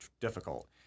difficult